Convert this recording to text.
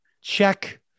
Check